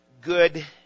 good